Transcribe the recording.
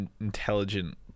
intelligent